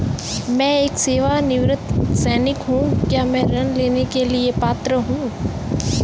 मैं एक सेवानिवृत्त सैनिक हूँ क्या मैं ऋण लेने के लिए पात्र हूँ?